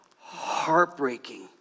heartbreaking